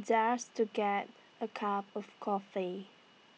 just to get A cup of coffee